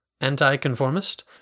anti-conformist